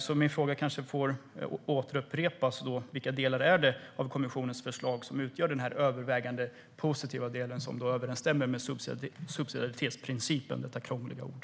Så jag upprepar min fråga: Vilka delar är det i kommissionens förslag som utgör den övervägande positiva delen som överensstämmer med subsidiaritetsprincipen - detta krångliga ord?